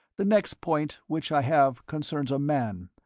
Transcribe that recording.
the next point which i have concerns a man,